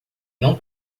não